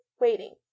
waiting